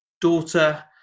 daughter